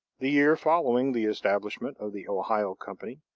the year following the establishment of the ohio company,